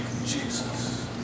Jesus